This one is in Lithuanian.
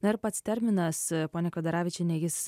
na ir pats terminas ponia kvedaravičiene jis